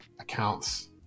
accounts